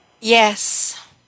yes